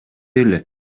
эле